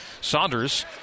Saunders